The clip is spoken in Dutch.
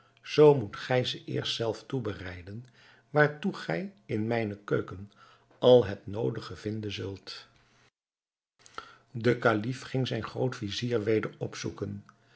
zoo moet gij ze eerst zelf toebereiden waartoe gij in mijne keuken al het noodige vinden zult de kalif ging zijn groot-vizier weder opzoeken